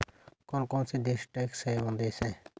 कौन कौन से देश टैक्स हेवन देश हैं?